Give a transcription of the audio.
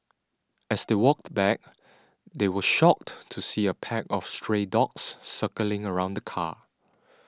as they walked back they were shocked to see a pack of stray dogs circling around the car